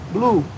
Blue